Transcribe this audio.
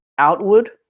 Outward